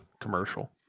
commercial